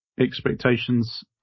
expectations